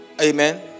Amen